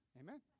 Amen